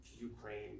Ukraine